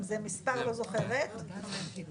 את עכשיו יושבת בראש.